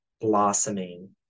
blossoming